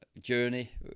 journey